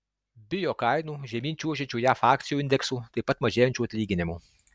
bijo kainų žemyn čiuožiančių jav akcijų indeksų taip pat mažėjančių atlyginimų